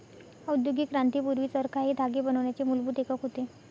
औद्योगिक क्रांती पूर्वी, चरखा हे धागे बनवण्याचे मूलभूत एकक होते